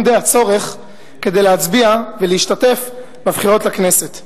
די הצורך כדי להצביע ולהשתתף בבחירות לכנסת.